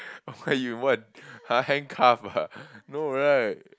what you want !huh! handcuff ah no right